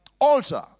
altar